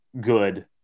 good